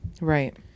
Right